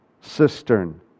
cistern